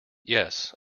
yes